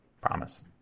Promise